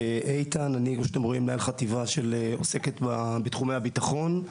שמי איתן דהן, מנהל חטיבה שעוסקת בתחומי הביטחון.